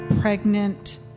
pregnant